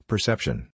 Perception